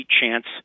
chance